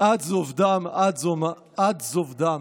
"עד זוב דם", עד זוב דם.